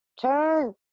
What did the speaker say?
turn